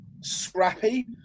scrappy